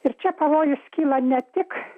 ir čia pavojus kyla ne tik